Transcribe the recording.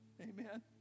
Amen